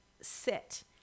sit